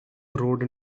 rode